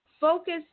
focus